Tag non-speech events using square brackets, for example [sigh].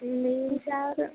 [unintelligible] ജാര്